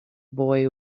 boy